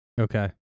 Okay